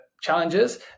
challenges